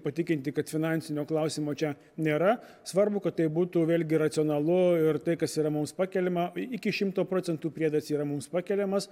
patikinti kad finansinio klausimo čia nėra svarbu kad tai būtų vėlgi racionalu ir tai kas yra mums pakeliama iki šimto procentų priedas yra mums pakeliamas